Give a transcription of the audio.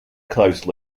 close